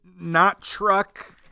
not-truck